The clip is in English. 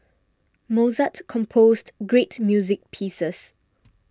Mozart composed great music pieces